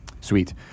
Sweet